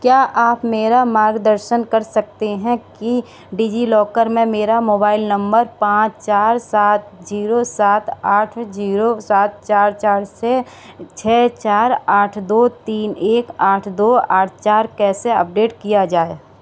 क्या आप मेरा मार्गदर्शन कर सकते हैं कि डिजिलॉकर में मेरा मोबाइल नंबर पाँच चार सात जीरो सात आठ जीरो सात चार चार से छः चार आठ दो तीन एक आठ दो आठ चार कैसे अपडेट किया जाए